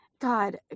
God